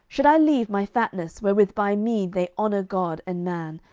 should i leave my fatness, wherewith by me they honour god and man,